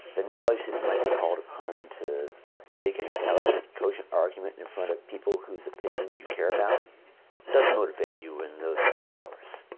the knowledge that you might be called upon to make an intelligent, cogent argument in front of people whose opinion you care about does motivate you in those off-hours.